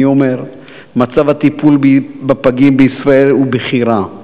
אני אומר: מצב הטיפול בפגים בישראל הוא בכי רע.